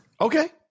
Okay